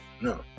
No